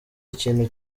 ikintu